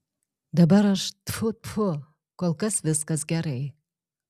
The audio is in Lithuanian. dabar aš tfu tfu kol kas viskas gerai